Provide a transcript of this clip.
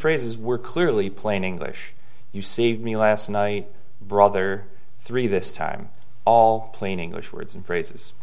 phrases were clearly plain english you see me last night brother three this time all plain english words and phrases